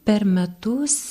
per metus